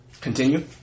Continue